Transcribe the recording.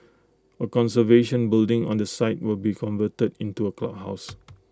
A conservation building on the site will be converted into A clubhouse